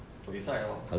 buay sai lor